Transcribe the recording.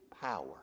power